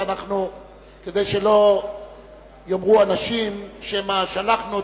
כדי שלא יאמרו אנשים שמא שלחנו אותם,